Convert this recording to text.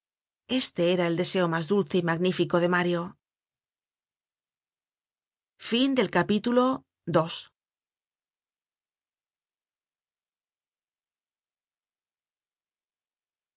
este era el deseo mas dulce y magnífico de mario content from